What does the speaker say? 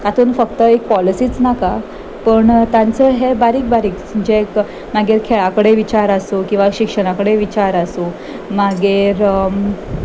तातूंत फक्त एक पॉलिसीच नाका पणू तांचो हे बारीक बारीक जे मागीर खेळ कडेन विचार आसूं किंवां शिक्षण कडेन विचार आसूं मागीर